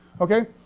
Okay